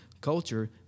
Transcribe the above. culture